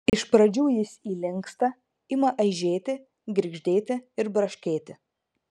iš pradžių jis įlinksta ima aižėti girgždėti ir braškėti